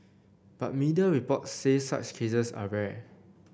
but media reports say such cases are rare